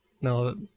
No